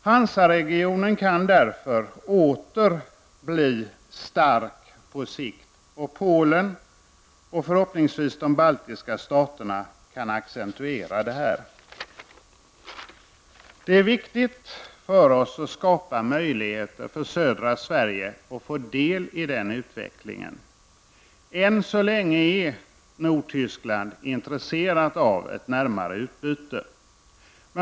Hansaregionen kan därför åtaer bli stark på sikt. Polen och förhoppningsvis de baltiska staterna kan accentuera detta. Det är viktigt för oss att skapa möjligheter för Sydsverige att få del i denna utveckling. Än är Nordtysklad intresserat av ett närmare utbyte.